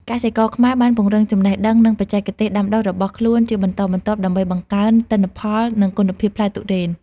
កសិករខ្មែរបានពង្រឹងចំណេះដឹងនិងបច្ចេកទេសដាំដុះរបស់ខ្លួនជាបន្តបន្ទាប់ ដើម្បីបង្កើនទិន្នផលនិងគុណភាពផ្លែទុរេន។